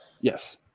Yes